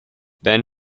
then